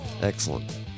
Excellent